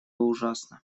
ужасно